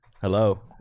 Hello